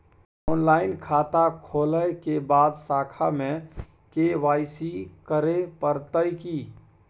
Online खाता खोलै के बाद शाखा में के.वाई.सी करे परतै की?